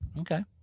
Okay